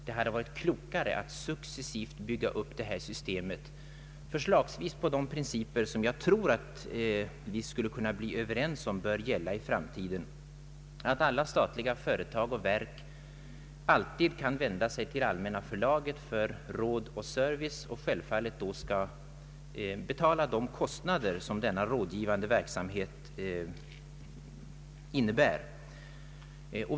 Det hade varit klokare att successivt bygga upp ett annat system. Förslagsvis kunde det ha byggts på de principer som jag tror att vi skulle kunna komma överens om, nämligen att alla statliga företag och verk alltid kan vända sig till Allmänna förlaget för råd och service och att de självfallet då skall betala de kostnader som denna rådgivande verksamhet medför.